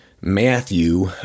Matthew